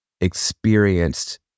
experienced